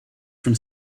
from